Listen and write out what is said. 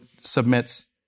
submits